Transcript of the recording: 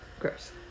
Gross